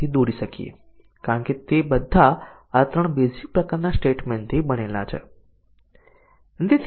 decision જ્યારે atomic condition સાચી હશે ત્યારે સાચા હશે અને જ્યારે એટોમિક કન્ડિશન ખોટી હશે ત્યારે તે ખોટું હશે